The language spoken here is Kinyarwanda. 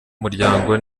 muryango